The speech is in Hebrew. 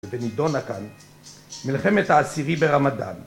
בנידונה כאן, מלחמת העשירי ברמדאן